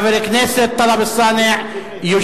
אייכלר הצביע נגד.